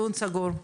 מאוד.